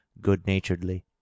good-naturedly